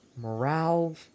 Morale